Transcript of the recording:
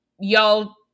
y'all